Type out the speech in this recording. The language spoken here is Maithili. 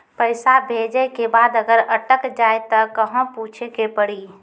पैसा भेजै के बाद अगर अटक जाए ता कहां पूछे के पड़ी?